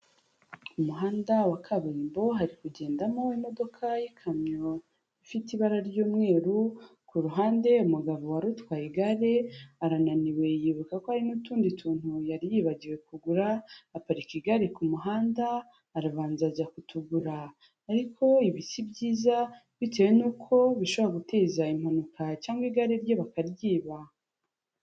Umuhanda wa kaburimbo hari kugendamo imodoka y'ikamyo, ifite ibara ry'umweru, ku ruhande umugabo wari utwaye igare arananiwe yibuka ko hari n'utundi tuntu yari yibagiwe kugura, aparika igari ku muhanda arabanza ajya kutugura, ariko ibi si byiza bitewe n'uko bishobora guteza impanuka cyangwa igare rye bakaryiba.